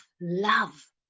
love